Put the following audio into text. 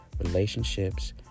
relationships